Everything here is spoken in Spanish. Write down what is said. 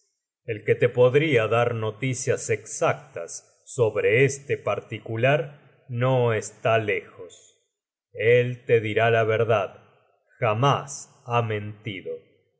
el que te podria dar noticias exactas sobre este particular no está lejos el te dirá la verdad jamás ha mentido